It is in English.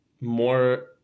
more